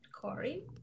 Corey